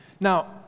Now